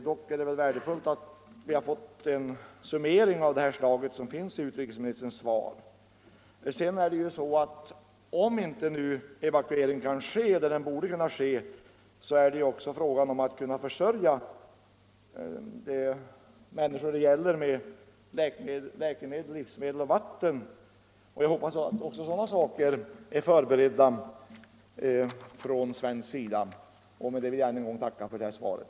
Det är dock värdefullt att vi genom utrikesministerns svar fått en summering av det här slaget. Om inte evakuering kan ske, är det också fråga om att kunna försörja de människor det gäller med läkemedel, livsmedel och vatten. Jag hoppas att sådana saker är förberedda från svensk sida. Med detta vill jag än en gång tacka för svaret.